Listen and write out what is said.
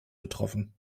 betroffen